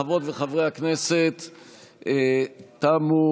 חברות וחברי הכנסת, תמו